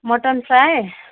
mutton fry